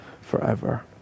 forever